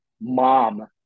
mom